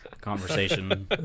conversation